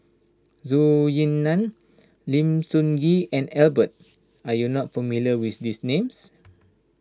Zhou Ying Nan Lim Sun Gee and Lambert are you not familiar with these names